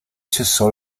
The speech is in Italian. cessò